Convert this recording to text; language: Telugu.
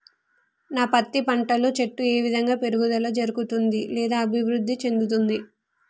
నా పత్తి పంట లో చెట్టు ఏ విధంగా పెరుగుదల జరుగుతుంది లేదా అభివృద్ధి చెందుతుంది?